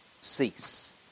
cease